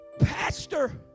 pastor